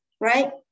right